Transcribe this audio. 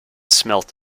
smelt